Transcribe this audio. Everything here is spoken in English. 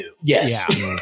Yes